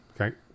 okay